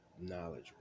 knowledge